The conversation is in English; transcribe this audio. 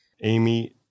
Amy